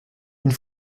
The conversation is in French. une